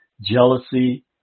jealousy